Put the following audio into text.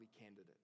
candidate